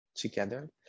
together